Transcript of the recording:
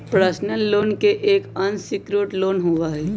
personal loan एक unsecured loan होबा हई